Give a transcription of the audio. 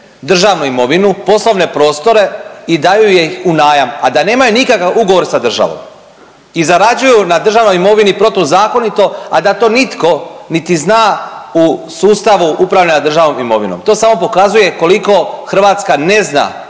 državnu imovinu, poslovne prostore i daju ih u najam a da nemaju nikakav ugovor sa državom. I zarađuju na državnoj imovini protuzakonito a da to nitko niti zna u sustavu upravljanja državnom imovinom.“ To samo pokazuje koliko Hrvatska ne zna